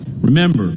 Remember